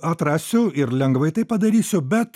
atrasiu ir lengvai tai padarysiu bet